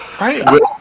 Right